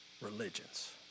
religions